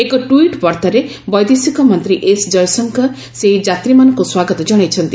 ଏକ ଟ୍ୱିଟ୍ ବାର୍ତ୍ତାରେ ବୈଦେଶିକମନ୍ତ୍ରୀ ଏସ୍ ଜୟଶଙ୍କର ସେହି ଯାତ୍ରୀମାନଙ୍କୁ ସ୍ୱାଗତ ଜଣାଇଛନ୍ତି